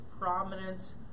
prominent